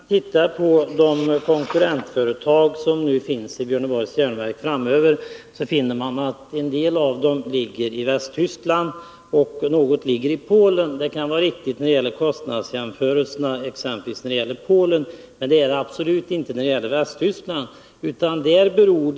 Herr talman! När man ser på de konkurrentföretag till Björneborgs Jernverks AB som finns nu och som kommer att finnas framöver, finner man att en del av dem ligger i Västtyskland och att något ligger i Polen. Kostnadsjämförelserna kan vara riktiga exempelvis när det gäller företag i Polen, men absolut inte när det gäller företag i Västtyskland.